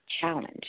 challenge